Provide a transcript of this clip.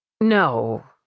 No